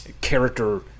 character